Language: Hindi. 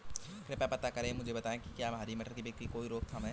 कृपया पता करें और मुझे बताएं कि क्या हरी मटर की बिक्री में कोई रोकथाम है?